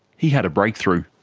he had a breakthrough.